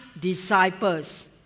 disciples